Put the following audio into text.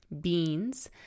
beans